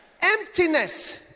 Emptiness